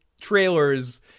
trailers